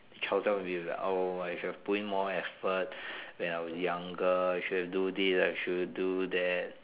child self will be like oh I should have put in more effort when I was younger I should have do this I should have do that